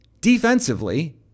Defensively